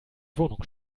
wohnung